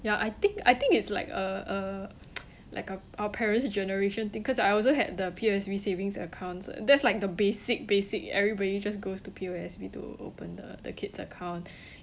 ya I think I think it's like uh uh like our our parents generation thing cause I also had the P_O_S_B accounts that's like the basic basic everybody just goes to P_O_S_B to open the the kid's account